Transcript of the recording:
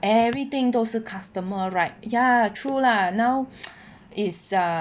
everything 都是 customer right ya true lah now is uh